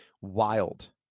wild